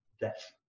death